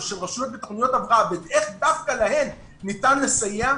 של רשויות בתוכניות הבראה ואיך דווקא להן ניתן לסייע,